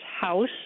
house